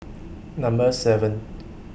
Number seven